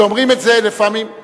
שאומרים את זה לפעמים,